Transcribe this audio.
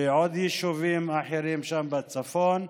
בעוד יישובים אחרים שם בצפון.